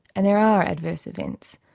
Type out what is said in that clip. and there are adverse events,